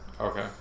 Okay